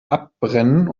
abbrennen